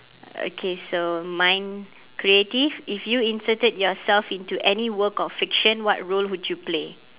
okay so mine creative if you inserted yourself into any work of fiction what role would you play